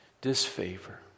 disfavor